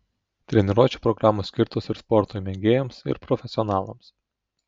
treniruočių programos skirtos ir sporto mėgėjams ir profesionalams